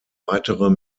weitere